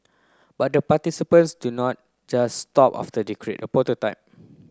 but the participants do not just stop after they create a prototype